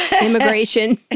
Immigration